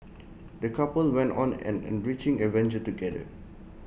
the couple went on an enriching adventure together